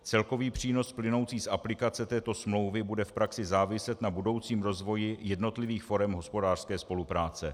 Celkový přínos plynoucí z aplikace této smlouvy bude v praxi záviset na budoucím rozvoji jednotlivých forem hospodářské spolupráce.